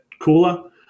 Cooler